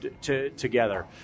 together